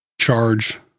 charge